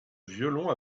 violon